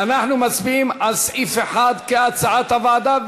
אנחנו מצביעים על סעיף 1 כהצעת הוועדה.